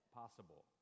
possible